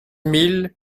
mille